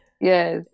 Yes